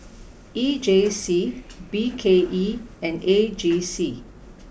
E J C B K E and A G C